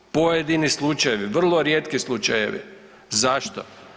Pojedini slučajevi, vrlo rijetki slučajevi, zašto?